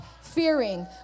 fearing